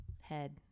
head